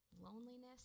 Loneliness